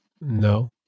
No